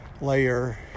layer